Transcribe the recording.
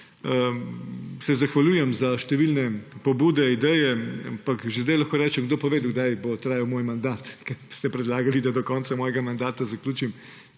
Zahvaljujem se za številne pobude, ideje, ampak že zdaj lahko rečem – kdo pa ve, do kdaj bo trajal moj mandat? Ker ste predlagali, da do konca svojega mandata zaključim.